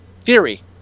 theory